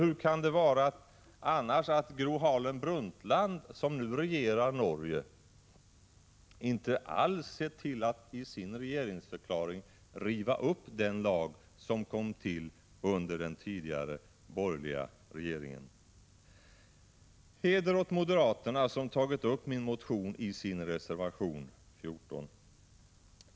Hur kan det annars komma sig att Gro Harlem Brundtland, som nu regerar i Norge, inte alls i sin regeringsförklaring sagt sig vilja riva upp den lag som kom till under den tidigare borgerliga regeringen? Heder åt moderaterna, som tagit upp min motion i sin reservation nr 14.